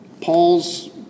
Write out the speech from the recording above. Paul's